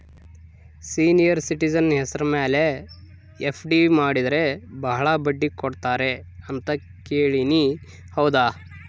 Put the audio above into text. Senior citizen ಹೆಸರ ಮೇಲೆ FD ಮಾಡಿದರೆ ಬಹಳ ಬಡ್ಡಿ ಕೊಡ್ತಾರೆ ಅಂತಾ ಕೇಳಿನಿ ಹೌದಾ?